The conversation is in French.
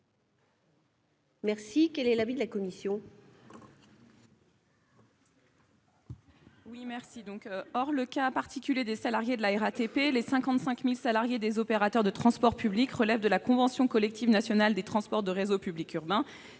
locatif. Quel est l'avis de la commission ?